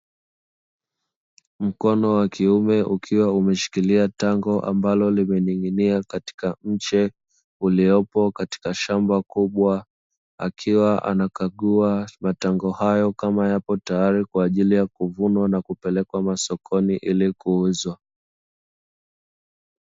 Mkono wa kiume ukiwa umeshikilia tango ambalo limening'inia katika mche uliopo katika shamba kubwa, akiwa anakagua matango hayo kama yapo tayari kwaajili ya kuvunwa na kupelekwa masokoni ili kuuzwa.